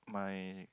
my